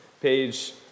page